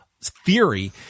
Theory